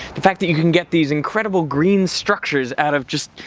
the fact that you can get these incredible green structures out of just.